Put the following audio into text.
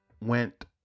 went